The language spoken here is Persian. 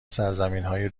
سرزمینای